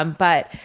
ah but,